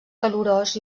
calorós